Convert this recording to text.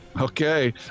Okay